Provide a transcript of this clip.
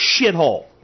shithole